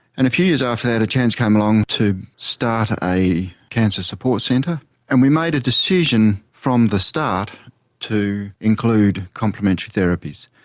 and a few years after that a chance came along to start a cancer support centre and we made a decision from the start to include complementary therapies.